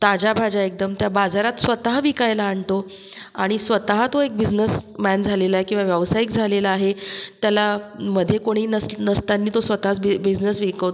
ताज्या भाज्या एकदम त्या बाजारात स्वतः विकायला आणतो आणि स्वतः तो एक बिझनेस मॅन झालेला आहे किंवा व्यावसायिक झालेला आहे त्याला मध्ये कोणी नस नसताना तो स्वतःच भि बिझनेस वेहिकोत